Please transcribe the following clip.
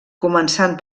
començant